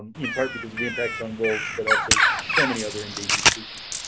in part because of the impacts on wolves, but also so many other endangered species.